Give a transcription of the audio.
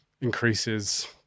increases